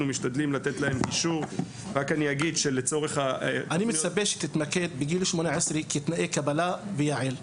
אנחנו משתדלים לתת להם --- אני מצפה שתתמקד בגיל 18 כתנאי קבלה ויע"ל.